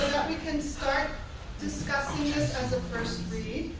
we can start discussing this as a first read